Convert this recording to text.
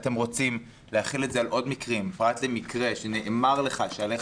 להחיל את זה על עוד מקרים פרט למקרה שנאמר לך שעליך